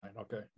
Okay